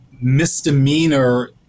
misdemeanor